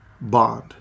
Bond